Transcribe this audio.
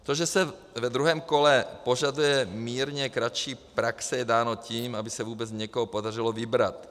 To, že se ve druhém kole požaduje mírně kratší praxe, je dáno tím, aby se vůbec někoho podařilo vybrat.